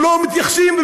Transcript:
ולא מתייחסים,